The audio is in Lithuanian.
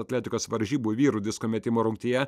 atletikos varžybų vyrų disko metimo rungtyje